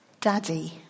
Daddy